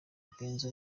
benzo